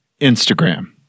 Instagram